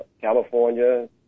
California